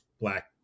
black